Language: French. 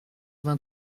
vingt